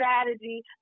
strategy